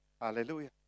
Hallelujah